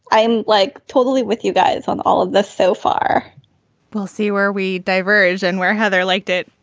i'm like totally with you guys on all of this so far we'll see where we diverge and where heather liked it.